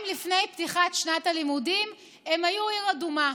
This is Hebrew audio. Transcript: לפני פתיחת שנת הלימודים הם היו עיר אדומה.